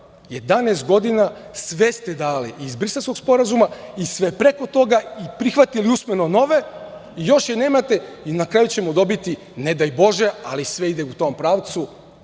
11 godina, sve ste dali i iz Briselskog sporazuma i sve preko toga i prihvatili usmeno nove. Na kraju ćemo dobiti, ne daj Bože, ali sve ide u tom pravcu,